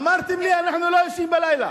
אמרתם לי: אנחנו לא ישנים בלילה,